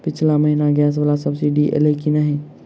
पिछला महीना गैस वला सब्सिडी ऐलई की नहि?